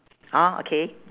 hor okay